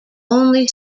only